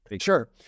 Sure